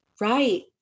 Right